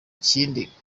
kindi